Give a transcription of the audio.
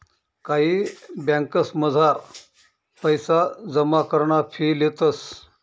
कायी ब्यांकसमझार पैसा जमा कराना फी लेतंस